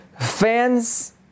fans